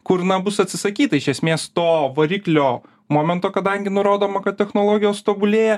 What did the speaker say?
kur na bus atsisakyta iš esmės to variklio momento kadangi nurodoma kad technologijos tobulėja